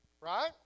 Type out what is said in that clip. Right